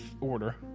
order